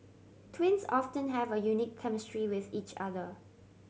twins often have a unique chemistry with each other